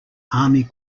army